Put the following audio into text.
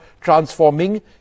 transforming